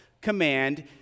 command